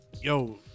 yo